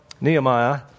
Nehemiah